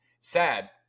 sad